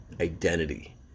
identity